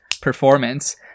performance